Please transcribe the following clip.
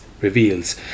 reveals